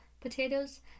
potatoes